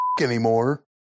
anymore